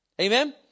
Amen